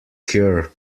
cure